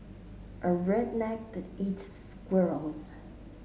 a redneck that eats squirrels